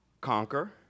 conquer